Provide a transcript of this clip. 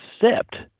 accept